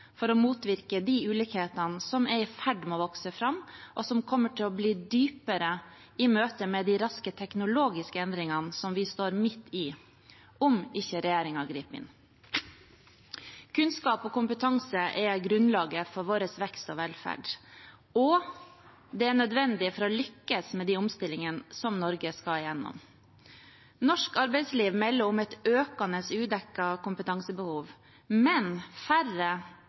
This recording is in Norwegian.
for å motvirke de ulikhetene som er i ferd med å vokse fram, og som kommer til å bli dypere i møte med de raske teknologiske endringene som vi står midt i – om ikke regjeringen griper inn. Kunnskap og kompetanse er grunnlaget for vår vekst og velferd, og det er nødvendig for å lykkes med de omstillingene som Norge skal igjennom. Norsk arbeidsliv melder om et økende udekket kompetansebehov, men færre